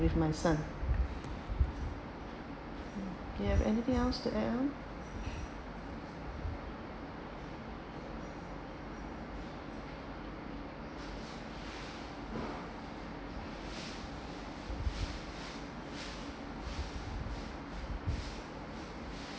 with my son you have anything else to add on